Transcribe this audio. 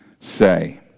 Say